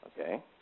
Okay